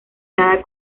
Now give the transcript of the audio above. cada